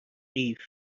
قیف